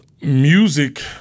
music